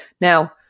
now